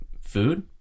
food